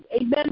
Amen